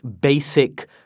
basic